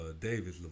Davis